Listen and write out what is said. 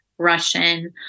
Russian